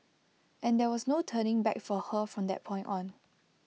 and there was no turning back for her from that point on